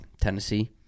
Tennessee